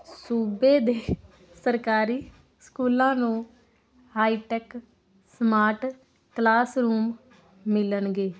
ਸੂਬੇ ਦੇ ਸਰਕਾਰੀ ਸਕੂਲਾਂ ਨੂੰ ਹਾਈ ਟੈਕ ਸਮਾਰਟ ਕਲਾਸਰੂਮ ਮਿਲਣਗੇ